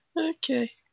Okay